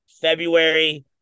February